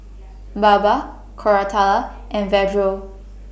Baba Koratala and Vedre